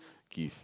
Kith